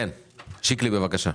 שיקלי, בבקשה.